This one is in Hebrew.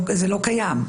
זה לא קיים.